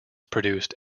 produced